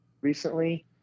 recently